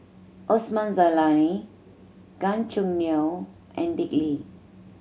Osman Zailani Gan Choo Neo and Dick Lee